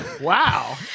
wow